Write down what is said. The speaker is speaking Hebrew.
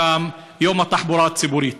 בנוסף, היה יום התחבורה הציבורית.